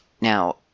Now